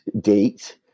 date